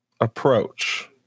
Approach